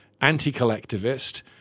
anti-collectivist